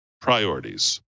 priorities